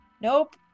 Nope